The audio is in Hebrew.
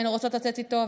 הן רוצות לצאת איתו,